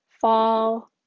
fall